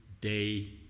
day